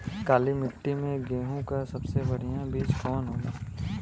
काली मिट्टी में गेहूँक सबसे बढ़िया बीज कवन होला?